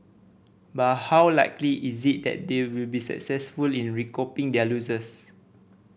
but how likely is it that they will be successful in recouping their losses